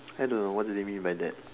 I don't know what do they mean by that